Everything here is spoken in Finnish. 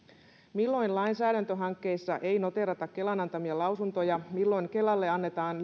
milloin lainsäädäntöhankkeissa ei noteerata kelan antamia lausuntoja milloin kelalle annetaan